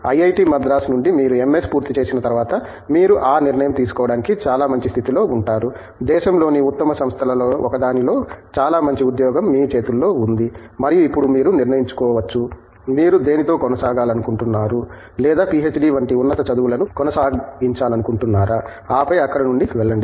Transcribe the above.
IIT Madras నుండి మీరు MS పూర్తి చేసిన తరువాత మీరు ఆ నిర్ణయం తీసుకోవటానికి చాలా మంచి స్థితిలో ఉంటారు దేశంలోని ఉత్తమ సంస్థలలో ఒకదానిలో చాలా మంచి ఉద్యోగం మీ చేతిలో ఉంది మరియు ఇప్పుడు మీరు నిర్ణయించుకోవచ్చ మీరు దేనితో కొనసాగాలనుకుంటున్నారు లేదా పీహెచ్డీ వంటి ఉన్నత చదువులను కొనసాగించాలనుకుంటున్నారా ఆపై అక్కడి నుండి వెళ్లండి